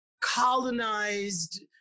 colonized